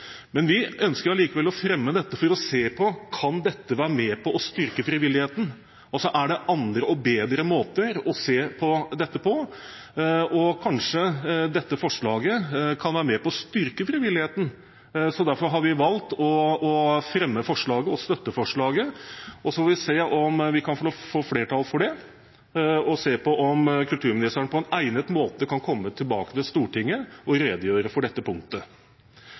Men vi ønsker likevel å fremme forslaget for å se på om dette kan være med på å styrke frivilligheten. Altså: Er det andre og bedre måter å se dette på? Kanskje dette forslaget kan være med på å styrke frivilligheten. Derfor har vi valgt å fremme forslaget, så får vi se om vi kan få flertall for det, og se på om kulturministeren på en egnet måte kan komme tilbake til Stortinget og redegjøre for dette punktet.